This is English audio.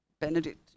Benedict